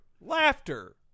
Laughter